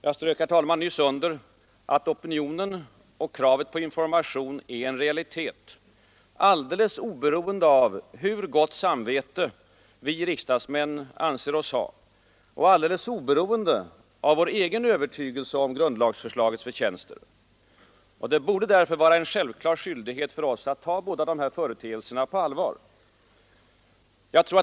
Jag strök nyss under att opinionen och kravet på information är en realitet, alldeles oberoende av hur gott samvete vi riksdagsmän anser oss ha och alldeles oberoende av vår egen övertygelse om grundlagsförslagets förtjänster. Det borde därför vara en självklar skyldighet för oss att ta båda dessa företeelser på allvar.